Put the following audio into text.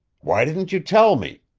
why didn't you tell me?